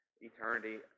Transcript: Eternity